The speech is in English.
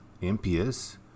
impious